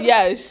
Yes